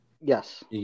Yes